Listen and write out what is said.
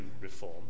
reform